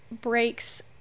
breaks